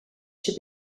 she